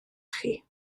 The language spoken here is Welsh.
chi